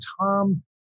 Tom